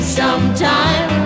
sometime